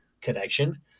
connection